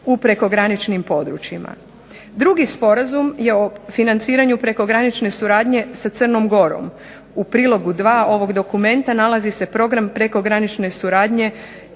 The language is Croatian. u prekograničnim područjima. Drugi sporazum je o financiranju prekogranične suradnje sa Crnom Gorom. U prilogu 2. ovog dokumenta nalazi se program prekogranične suradnje